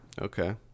Okay